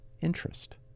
interest